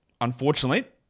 unfortunately